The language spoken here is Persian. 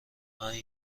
پنج